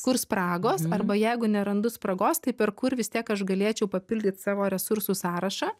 kur spragos arba jeigu nerandu spragos tai per kur vis tiek aš galėčiau papildyt savo resursų sąrašą